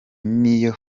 niyo